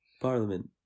parliament